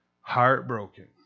heartbroken